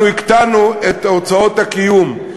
אנחנו הקטנו את הוצאות הקיום,